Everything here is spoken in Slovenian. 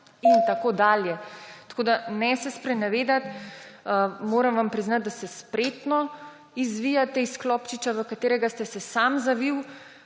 in tako dalje. Tako da ne se sprenevedati. Moram vam priznati, da se spretno izvijate iz klobčiča, v katerega ste se sami zavili.